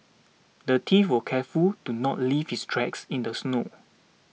the thief was careful to not leave his tracks in the snow